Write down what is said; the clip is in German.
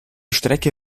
strecke